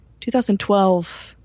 2012